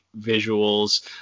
visuals